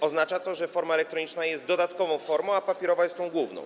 Oznacza to, że forma elektroniczna jest dodatkową formą, a papierowa jest tą główną.